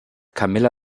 camilla